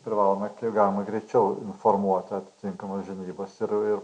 privaloma kiek galima greičiau informuot atitinkamas žinybas ir